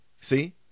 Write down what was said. See